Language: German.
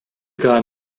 gar